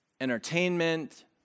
entertainment